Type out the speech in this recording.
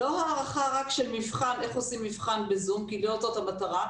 לא רק הערכה של מבחן איך עושים מבחן בזום כי לא זאת המטרה,